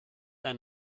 ein